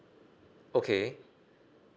okay